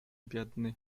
biedny